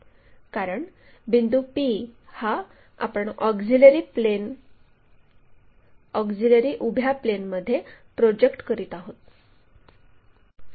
कारण बिंदू p हा आपण ऑक्झिलिअरी उभ्या प्लेनमध्ये प्रोजेक्ट करीत आहोत